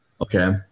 Okay